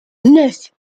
neuf